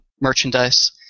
merchandise